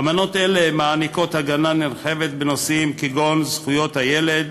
אמנות אלה מעניקות הגנה נרחבת בנושאים כגון זכויות הילד,